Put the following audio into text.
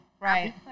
right